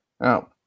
Now